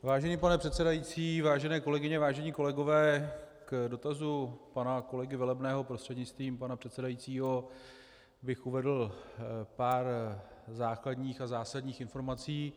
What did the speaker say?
Vážený pane předsedající, vážené kolegyně, vážení kolegové, k dotazu pana kolegy Velebného prostřednictvím pana předsedajícího bych uvedl pár základních a zásadních informací.